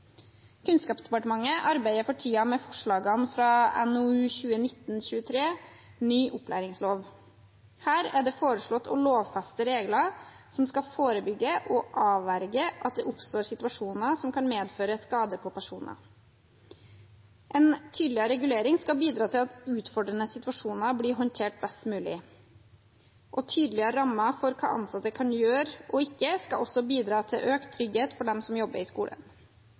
Kunnskapsdepartementet arbeider for tiden med forslagene fra NOU 2019: 23 Ny opplæringslov. Her er det foreslått å lovfeste regler som skal forebygge og avverge at det oppstår situasjoner som kan medføre skade på personer. En tydeligere regulering skal bidra til at utfordrende situasjoner blir håndtert best mulig. Tydeligere rammer for hva ansatte kan gjøre og ikke gjøre, skal også bidra til økt trygghet for dem som jobber i skolen.